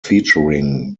featuring